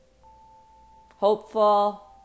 hopeful